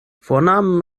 vornamen